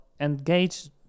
engage